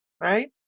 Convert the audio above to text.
Right